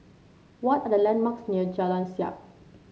what are the landmarks near Jalan Siap